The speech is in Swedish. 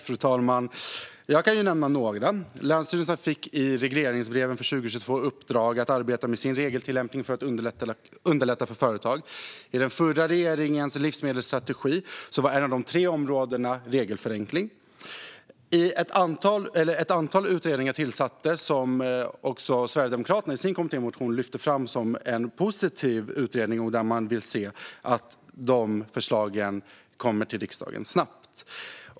Fru talman! Jag kan nämna några. Länsstyrelserna fick i regleringsbreven för 2022 i uppdrag att arbeta med sin regeltillämpning för att underlätta för företag. I den förra regeringens livsmedelsstrategi var ett av de tre områdena regelförenkling. Ett antal utredningar tillsattes som Sverigedemokraterna i sin kommittémotion lyfter fram som positiva, och man vill se att de förslagen kommer till riksdagen snabbt.